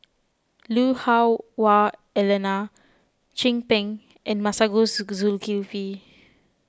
Lui Hah Wah Elena Chin Peng and Masagos Zulkifli